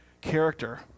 character